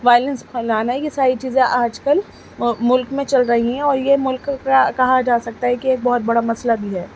violence پھیلانا یہ ساری چیزیں آج کل ملک میں چل رہی ہیں اور یہ ملک کہا جا سکتا ہے کہ ایک بہت بڑا مسئلہ بھی ہے